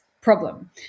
Problem